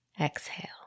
Exhale